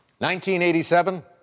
1987